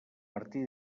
martí